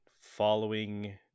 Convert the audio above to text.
following